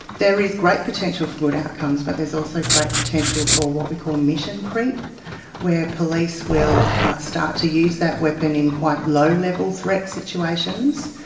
there is great potential for good outcomes, but there's also great potential for what we call mission creep where police will start to use that weapon in quite low-level threat situations.